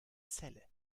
celle